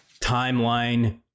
timeline